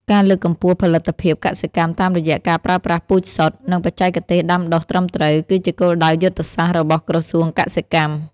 ការលើកកម្ពស់ផលិតភាពកសិកម្មតាមរយៈការប្រើប្រាស់ពូជសុទ្ធ និងបច្ចេកទេសដាំដុះត្រឹមត្រូវ គឺជាគោលដៅយុទ្ធសាស្ត្ររបស់ក្រសួងកសិកម្ម។